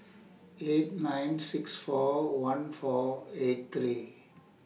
eight nine six four one four eight three